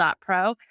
pro